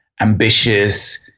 ambitious